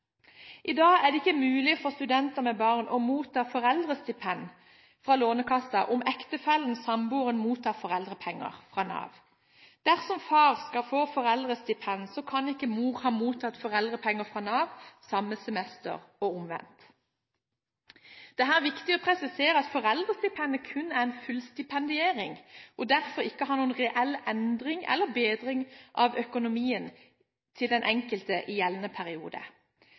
I dag er det ikke mulig for studenter med barn å motta foreldrestipend fra Lånekassen om ektefellen eller samboeren mottar foreldrepenger fra Nav. Dersom far skal få foreldrestipend, kan ikke mor ha mottatt foreldrepenger fra Nav samme semester, og omvendt. Det er her viktig å presisere at foreldrestipendet kun er en fullstipendiering, og derfor ikke er noen reell endring eller bedring av økonomien til den enkelte i gjeldende periode.